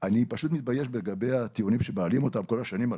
אני פשוט מתבייש לגבי הטיעונים שמעלים אותם כל השנים הללו.